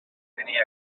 tenir